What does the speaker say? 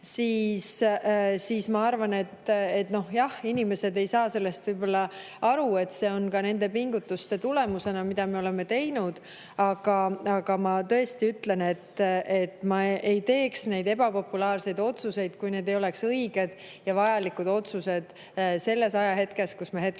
siis ma arvan, jah, inimesed ei saa sellest võib-olla aru, aga see on ka nende pingutuste tulemus, mida me oleme teinud. Aga ma tõesti ütlen, et ma ei teeks neid ebapopulaarseid otsuseid, kui need ei oleks õiged ja vajalikud otsused selles ajahetkes, kus me oleme.